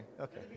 okay